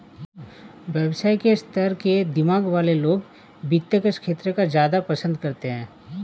व्यवसाय के स्तर के दिमाग वाले लोग वित्त के क्षेत्र को ज्यादा पसन्द करते हैं